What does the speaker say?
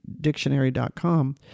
dictionary.com